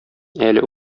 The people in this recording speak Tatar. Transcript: әле